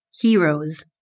heroes